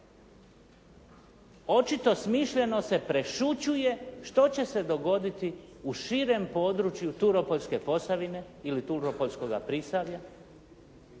Očito smišljeno se prešućuje što će se dogoditi u širem području Turopoljske posavine ili Turopoljskoga prisavlja